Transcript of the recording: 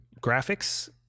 graphics